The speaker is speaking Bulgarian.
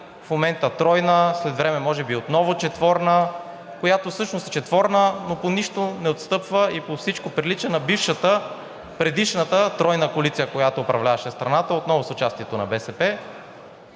в момента тройна, след време може би отново четворна, която всъщност е четворна, но по нищо не отстъпва и по всичко прилича на бившата, предишната тройна коалиция, която управляваше страната, отново с участието на БСП.